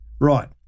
Right